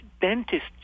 dentists